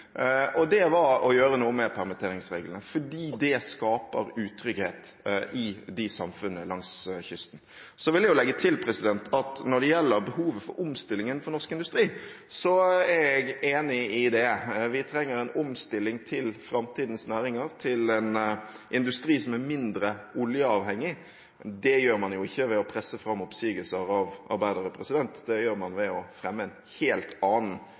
og det var å gjøre noe med permitteringsreglene, for det skaper utrygghet i de samfunnene langs kysten. Så vil jeg legge til at når det gjelder behovet for omstillingen for norsk industri, er jeg enig i det. Vi trenger en omstilling til framtidens næringer, til en industri som er mindre oljeavhengig. Det gjør man jo ikke ved å presse fram oppsigelser av arbeidere. Det gjør man ved å fremme en helt annen